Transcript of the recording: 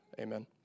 Amen